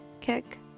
kick